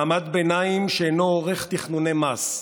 מעמד ביניים שאינו עורך תכנוני מס,